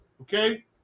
okay